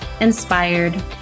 inspired